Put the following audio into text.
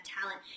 talent